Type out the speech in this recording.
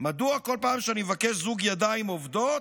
"מדוע כל פעם שאני מבקש זוג ידיים עובדות,